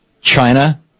China